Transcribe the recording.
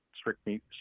strictly